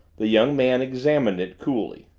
the young man examined it coolly.